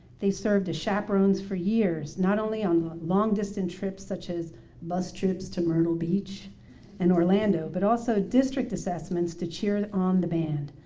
they served as chaperones for years, not only on long distance trips, such as bus trips to myrtle beach and orlando, but also district assessments to cheer on the band.